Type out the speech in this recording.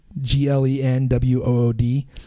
G-L-E-N-W-O-O-D